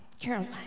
Caroline